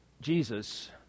Jesus